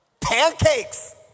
Pancakes